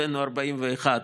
הבאנו 41 מיליון